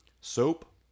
Soap